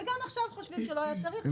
וגם עכשיו הם חושבים שלא צריך -- והם צדקו.